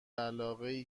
علاقهای